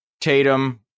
Tatum